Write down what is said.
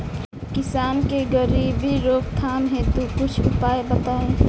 किसान के गरीबी रोकथाम हेतु कुछ उपाय बताई?